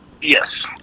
Yes